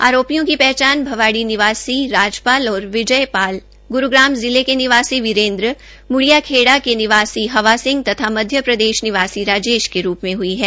आरोपियों की पहचान भवाडी निवासी राजपाल और विजयपाल ग्रूग्राम जिले के निवासी वीरेन्द्र मुंबिया खेड़ा के निवासी हवा सिंह तथा मध्यप्रदेश निवासी राजेश के रूप में हई है